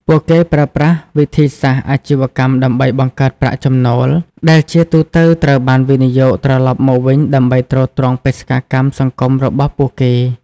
ពួកគេប្រើប្រាស់វិធីសាស្រ្តអាជីវកម្មដើម្បីបង្កើតប្រាក់ចំណូល ដែលជាទូទៅត្រូវបានវិនិយោគត្រឡប់មកវិញដើម្បីទ្រទ្រង់បេសកកម្មសង្គមរបស់ពួកគេ។